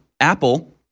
Apple